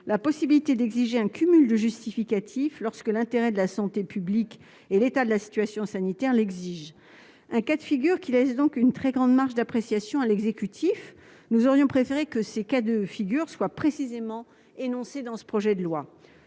la possibilité d'exiger un cumul de justificatifs lorsque l'intérêt de la santé publique et l'état de la situation sanitaire l'exigent, un cas de figure qui laisse une très grande marge d'appréciation à l'exécutif. Nous aurions préféré que ces circonstances soient précisément énoncées dans ce projet de loi.